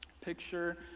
picture